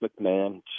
McMahon